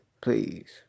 please